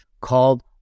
called